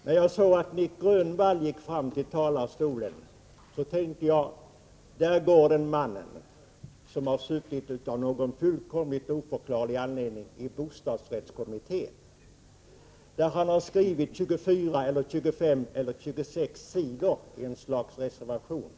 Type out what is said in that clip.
När Nic Grönvall gick fram till talarstolen tänkte jag följande: Där går mannen som av någon fullkomligt oförklarlig anledning har suttit i bostadsrättskommittén. Han har där skrivit 24, 25 eller 26 sidor i ett slags reservation.